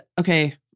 okay